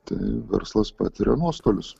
tai verslas patiria nuostolius